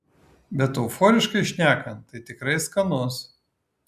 bet euforiškai šnekant tai tikrai skanus